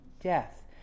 death